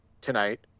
tonight